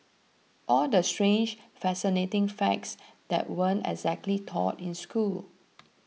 all the strange fascinating facts that weren't exactly taught in school